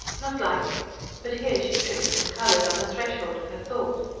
not like but here she tripped and coloured, on the threshold of her thought.